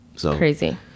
Crazy